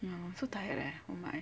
I'm so tired leh oh my